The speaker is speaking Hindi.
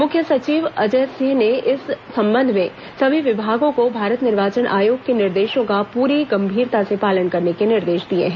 मुख्य सचिव अजय सिंह ने इस संबंध में सभी विभागों को भारत निर्वाचन आयोग के निर्देशों का पूरी गंभीरता से पालन करने के निर्देश दिए हैं